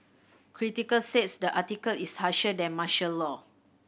critics says the article is harsher than martial law